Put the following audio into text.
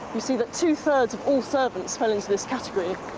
we see that two-thirds of all servants fell into this category,